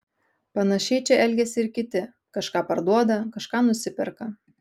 panašiai čia elgiasi ir kiti kažką parduoda kažką nusiperka